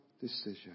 decision